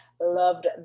loved